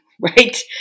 right